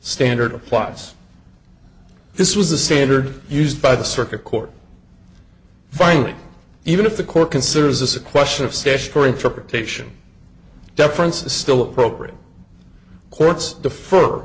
standard applies this was the standard used by the circuit court finally even if the court considers this a question of stash for interpretation deference is still appropriate courts